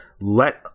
Let